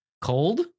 cold